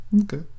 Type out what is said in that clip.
Okay